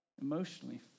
emotionally